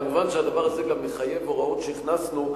מובן שהדבר הזה גם מחייב הוראות שהכנסנו,